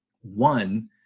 One